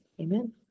Amen